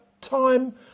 time